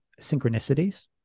synchronicities